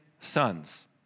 sons